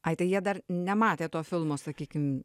ai tai jie dar nematė to filmo sakykim